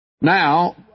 Now